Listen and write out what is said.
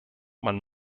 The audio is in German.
man